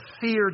fear